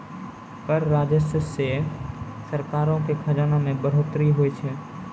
कर राजस्व से सरकारो के खजाना मे बढ़ोतरी होय छै